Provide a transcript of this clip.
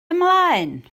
ymlaen